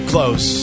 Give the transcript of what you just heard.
Close